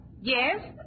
Yes